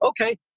okay